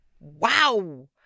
Wow